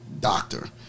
Doctor